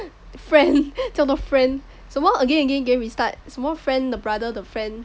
friend 这样多 friend 什么 again again again restart 什么 friend 的 brother 的 friend